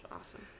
Awesome